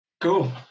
Cool